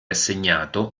assegnato